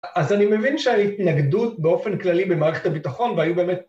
‫אז אני מבין שההתנגדות ‫באופן כללי במערכת הביטחון היו באמת...